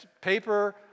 paper